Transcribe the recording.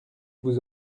vous